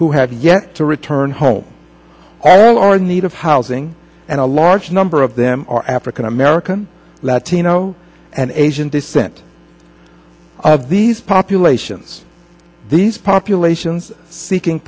who have yet to return home all are in need of housing and a large number of them are african american latino and asian descent of these populations these populations seeking